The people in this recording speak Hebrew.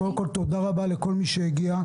קודם כול, תודה רבה לכל מי שהגיע.